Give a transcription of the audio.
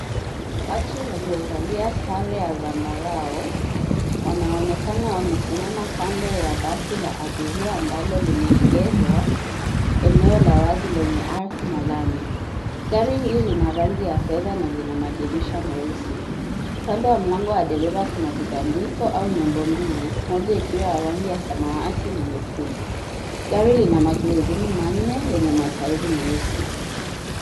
Watu waliovalia sare ya zambarau wanaonekana wamesimama kando ya basi la abiria ambalo limeegeshwa eneo la wazi lenye ardhi na lami. Gari hili ni la rangi ya fedha na lina madirisha meusi. Upande wa mlango wa dereva kuna vibandiko au nembo mbili, moja ikiwa ya rangi ya samawati na nyekundu. Gari lina magurudumu manne yenye matairi meusi.